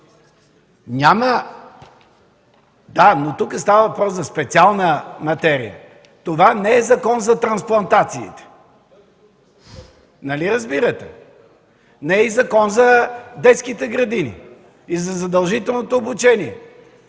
КОСТОВ: Да, но тук става въпрос за специална материя. Това не е Закон за трансплантациите. Нали разбирате? Не е и Закон за детските градини – за задължителното обучение.